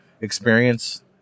experience